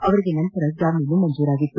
ಅವರಿಗೆ ನಂತರ ಜಾಮೀನು ಮಂಜೂರಾಗಿತ್ತು